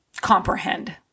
comprehend